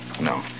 no